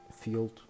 field